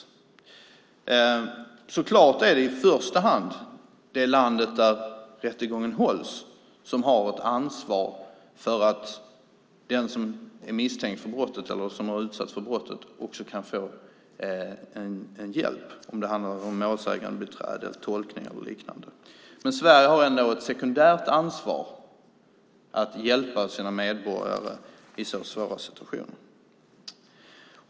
Det är självklart att det i första hand är det land där rättegången hålls som har ansvaret för att den som är misstänkt för brottet eller som har utsatts för brottet kan få hjälp, om det handlar om målsägandebiträde, tolkning eller liknande. Men Sverige har ändå ett sekundärt ansvar att hjälpa sina medborgare i svåra situationer.